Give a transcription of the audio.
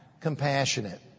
compassionate